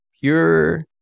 pure